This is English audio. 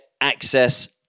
access